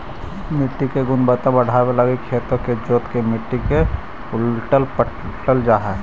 मट्टी के गुणवत्ता बढ़ाबे लागी खेत के जोत के मट्टी के उलटल पलटल जा हई